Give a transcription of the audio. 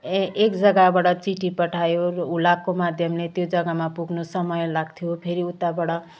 ए एक जग्गाबाट चिठी पठायो हुलाकको माध्यमले त्यो जग्गामा पुग्नु समय लाग्थ्यो फेरि उताबाट